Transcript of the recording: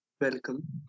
Welcome